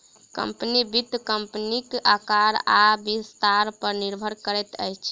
company, वित्त कम्पनीक आकार आ विस्तार पर निर्भर करैत अछि